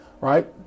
Right